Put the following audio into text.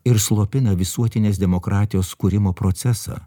ir slopina visuotinės demokratijos kūrimo procesą